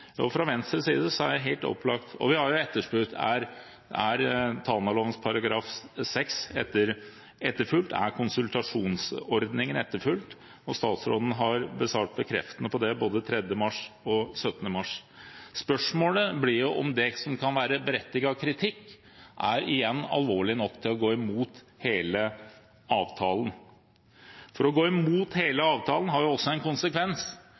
Og vi har etterspurt om Tanaloven § 6 etterfulgt, om konsultasjonsordningen er etterfulgt, og statsråden har besvart bekreftende på det både 3. mars og 17. mars. Spørsmålet blir om det som kan være berettiget kritikk, igjen er alvorlig nok til å gå imot hele avtalen, for det å gå imot hele avtalen har også en konsekvens.